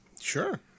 Sure